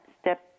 step